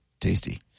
Tasty